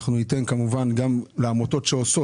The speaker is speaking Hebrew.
ניתן כמובן גם לעמותות שעושות.